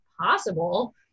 possible